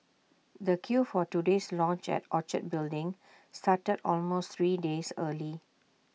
the queue for today's launch at Orchard building started almost three days early